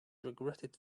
regretted